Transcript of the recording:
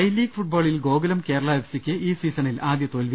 I league ഫുട്ബോളിൽ Gokulam Kerala F സിയ്ക്ക് ഈ സീസ ണിൽ ആദ്യ തോൽവി